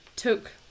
took